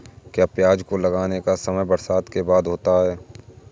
क्या प्याज को लगाने का समय बरसात के बाद होता है?